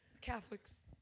Catholics